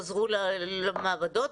חזרו לעבודה.